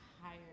higher